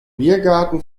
biergarten